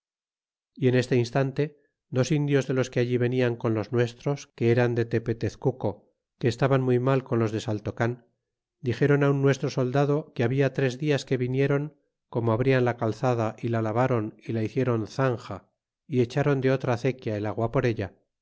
y en este instante dos indios de los que allí venían con los nuestros que eran de tepetezcuco que estaban muy mal con los de saltocan dixeron un nuestro soldado que habla tres dias que vinieron como abrian la calzada y la lavron y la hicieron zanja y echáron de otra acequia el agua por ella